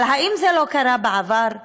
אבל האם זה לא קרה בעבר?